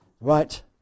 right